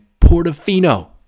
Portofino